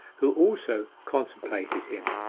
who also contemplated him,